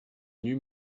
new